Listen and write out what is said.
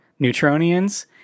Neutronians